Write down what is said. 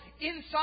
inside